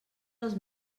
els